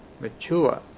mature